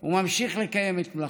הוא ממשיך לקיים את מלאכתו.